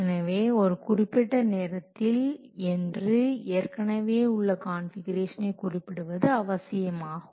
எனவே ஒரு குறிப்பிட்ட நேரத்தில் என்று ஏற்கனவே உள்ள கான்ஃபிகுரேஷன்னை குறிப்பிடுவது அவசியமாகும்